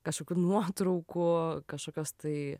kažkokių nuotraukų kažkokios tai